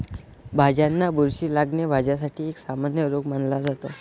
भाज्यांना बुरशी लागणे, भाज्यांसाठी एक सामान्य रोग मानला जातो